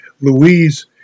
Louise